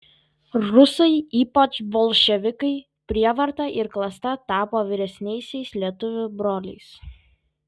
rusai ypač bolševikai prievarta ir klasta tapo vyresniaisiais lietuvių broliais